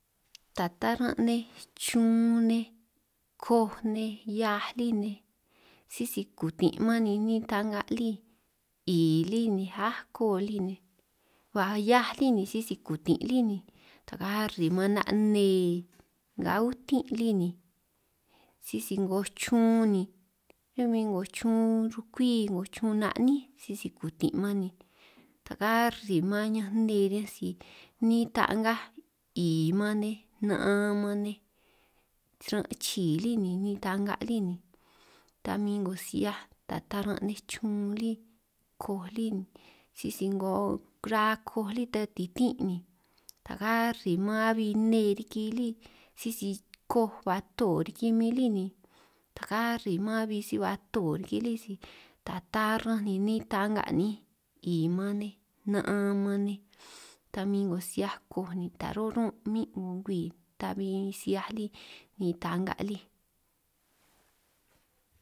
Ta taran' nej chunj nej koj nej hiaj lí nej sisi kutin' man niin ta'nga lí, 'i lí ni ako lí ni ba hiaj lí ni sisi kutin' lí ni ta karri maan 'na' nne nga utin' lí ni, sisi 'ngo chun ni ro'min 'ngo chun rukwii 'ngo chun na'nín sisi kutin' man ni, ta karri maan añanj nne riñanj sij niin ta'ngaj 'i man nej na'an man nej ran' chii lí ni ta'nga lí ni, ta min 'ngo si 'hiaj ta taran' nej chun lí koj lí sisi 'ngo ra'a koj lí ta titín' ta karri maan abi nne riki lí, sisi koj ba to riki min lí ni ta karri maan abi si ba too riki lí si ni ta tarra'anj niin ta'nga' níinj, 'i man nej na'an man nej ta min 'ngo si 'hia koj ni taj ro' run' min 'ngo ngwii ta min si 'hiaj lí niin ta'nga' lí.